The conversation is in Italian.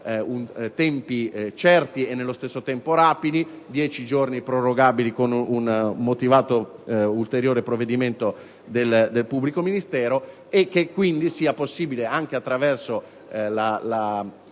tempi certi e nello stesso tempo rapidi (10 giorni prorogabili con un motivato ulteriore provvedimento del pubblico ministero) e che quindi sia possibile, anche attraverso la